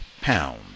pound